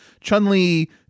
Chun-Li